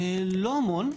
לא המון.